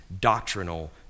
doctrinal